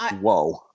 whoa